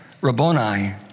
Rabboni